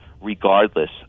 regardless